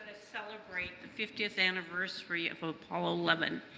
celebrate the fiftieth anniversary of apollo eleven.